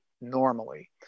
normally